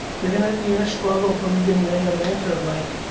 you're gonna you're gonna struggle from me giving you any other answer of like,